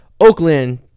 Oakland